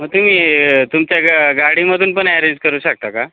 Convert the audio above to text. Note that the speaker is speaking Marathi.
मग तुम्ही य तुमच्या ग गाडीमधून पण ॲरेंज करू शकता का